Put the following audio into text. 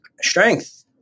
strength